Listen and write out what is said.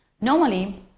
Normally